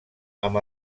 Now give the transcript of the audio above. amb